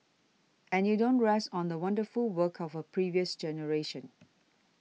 and you don't rest on the wonderful work of a previous generation